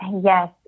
Yes